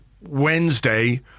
Wednesday